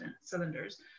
cylinders